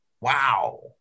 wow